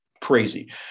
crazy